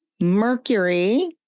mercury